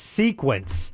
sequence